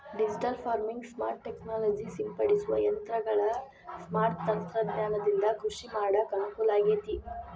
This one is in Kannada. ಡಿಜಿಟಲ್ ಫಾರ್ಮಿಂಗ್, ಸ್ಮಾರ್ಟ್ ಟೆಕ್ನಾಲಜಿ ಸಿಂಪಡಿಸುವ ಯಂತ್ರಗಳ ಸ್ಮಾರ್ಟ್ ತಂತ್ರಜ್ಞಾನದಿಂದ ಕೃಷಿ ಮಾಡಾಕ ಅನುಕೂಲಾಗೇತಿ